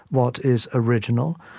what is original,